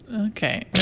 Okay